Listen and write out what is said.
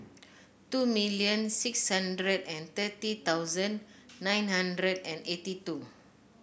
two million six hundred and thirty thousand nine hundred and eighty two